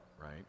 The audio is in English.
right